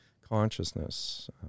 consciousness